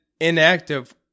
inactive